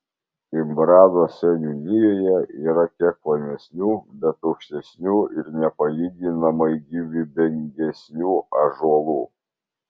imbrado seniūnijoje yra kiek plonesnių bet aukštesnių ir nepalyginamai gyvybingesnių ąžuolų